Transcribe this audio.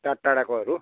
टाटाढाकोहरू